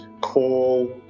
call